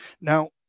Now